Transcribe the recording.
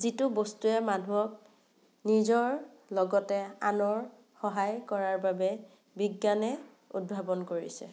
যিটো বস্তুৱে মানুহক নিজৰ লগতে আনৰ সহায় কৰাৰ বাবে বিজ্ঞানে উদ্ভাৱন কৰিছে